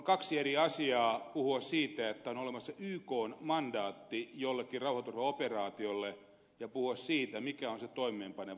on eri asia puhua siitä että on olemassa ykn mandaatti jollekin rauhanturvaoperaatiolle ja puhua siitä mikä on se toimeenpaneva organisaatio